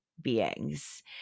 beings